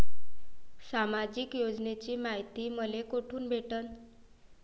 सामाजिक योजनेची मायती मले कोठून भेटनं?